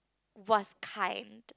was kind